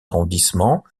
arrondissements